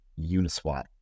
Uniswap